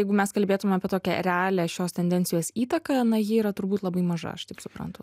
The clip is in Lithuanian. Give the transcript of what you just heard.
jeigu mes kalbėtume apie tokią realią šios tendencijos įtaką na ji yra turbūt labai maža aš taip suprantu